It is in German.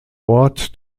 ort